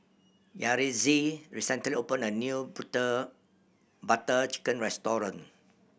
Yaretzi recently opened a new Put Butter Chicken restaurant